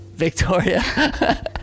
Victoria